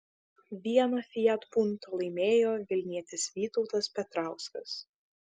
vieną fiat punto laimėjo vilnietis vytautas petrauskas